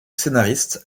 scénariste